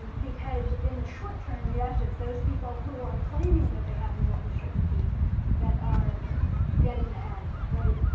because in the short-term, yes, it's those people who are claiming that they have no uncertainty that are getting ahead, right?